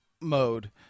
mode